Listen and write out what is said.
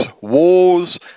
wars